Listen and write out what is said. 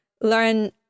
learn